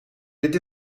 dit